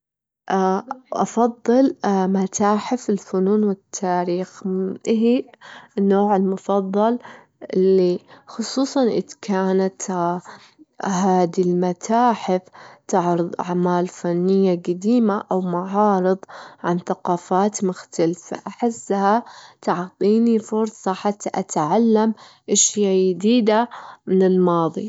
أفضل متاحف الفنون والتاريخ، إهي النوع المفضل لي، خصوصًا إذ كانت هادي المتاحف تعرض أعمال فنية جديمة أو معارض عن ثقافات مختلفة، أحسها تعطيني فرصة حتى أتعلم أشيا جديدة من الماضي.